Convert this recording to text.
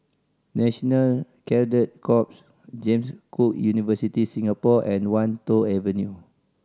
National Cadet Corps James Cook University Singapore and Wan Tho Avenue